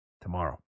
tomorrow